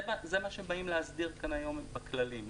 זה מה שבאים להסביר כאן היום בכללים.